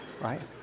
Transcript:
Right